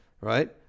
right